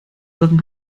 sachen